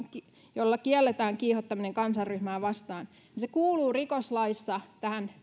jolla kielletään kiihottaminen kansanryhmää vastaan kuuluu rikoslaissa